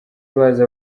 baza